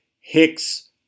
Hicks